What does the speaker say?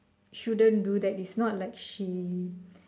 shouldn't do that is not like she